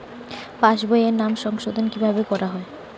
পাশ বইয়ে নাম সংশোধন কিভাবে করা হয়?